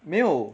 没有